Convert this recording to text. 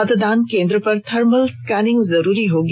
मतदान केंद्र पर थर्मल स्कैनिंग जरूरी होगी